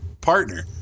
partner